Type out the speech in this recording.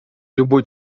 любой